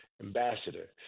ambassador